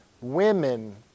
women